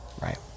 right